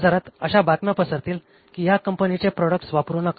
बाजारात अशा बातम्या पसरतील की ह्या कंपनीचे प्रॉडक्ट्स वापरू नका